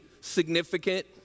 significant